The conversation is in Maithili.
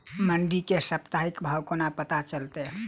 मंडी केँ साप्ताहिक भाव कोना पत्ता चलतै?